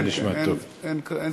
אין ספק.